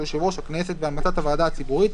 יושב ראש הכנסת והמלצת הוועדה הציבורית,